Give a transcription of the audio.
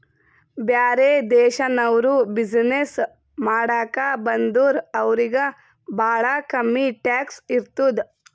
ಬ್ಯಾರೆ ದೇಶನವ್ರು ಬಿಸಿನ್ನೆಸ್ ಮಾಡಾಕ ಬಂದುರ್ ಅವ್ರಿಗ ಭಾಳ ಕಮ್ಮಿ ಟ್ಯಾಕ್ಸ್ ಇರ್ತುದ್